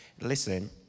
Listen